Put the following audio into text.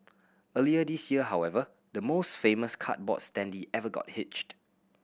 earlier this year however the most famous cardboard standee ever got hitched